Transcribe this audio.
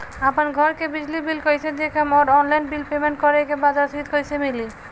आपन घर के बिजली बिल कईसे देखम् और ऑनलाइन बिल पेमेंट करे के बाद रसीद कईसे मिली?